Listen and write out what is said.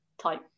type